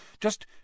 Just